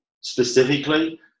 specifically